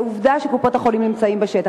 ועובדה שקופות-החולים נמצאות בשטח.